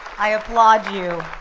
i applaud you,